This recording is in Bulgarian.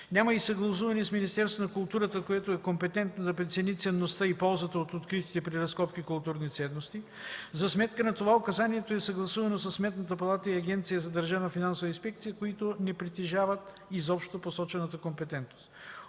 Няма и съгласуване с Министерството на културата, което е компетентно да прецени ценността и ползата от откритите при разкопки културни ценности. За сметка на това указанието е съгласувано със Сметната палата и Агенцията за държавна финансова инспекция, които не притежават изобщо посочената компетентност.